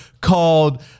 called